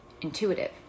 intuitive